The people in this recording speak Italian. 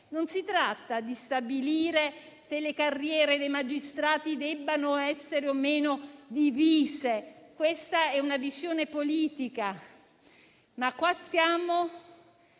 Non si tratta di stabilire se le carriere dei magistrati debbano essere o meno divise: questa è una visione politica. In questo